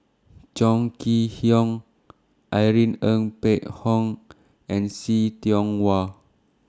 Chong Kee Hiong Irene Ng Phek Hoong and See Tiong Wah